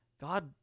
God